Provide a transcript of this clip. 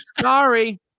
sorry